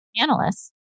analysts